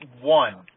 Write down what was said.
one